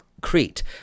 Crete